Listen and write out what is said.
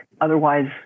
Otherwise